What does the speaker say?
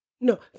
No